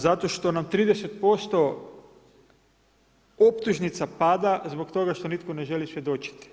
Zato što nam 30% optužnica pada zbog toga što nitko ne želi svjedočiti.